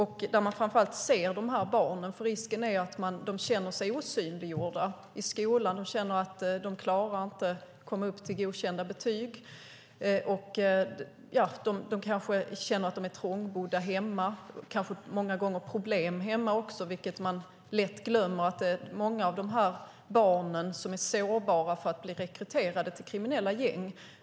Man måste framför allt se dessa barn, för risken är att de känner sig osynliggjorda i skolan och inte klarar att komma upp till godkända betyg. De kanske är trångbodda och har problem hemma många gånger. Man glömmer lätt att många av dessa barn är sårbara och lätt rekryteras till kriminella gäng.